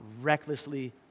recklessly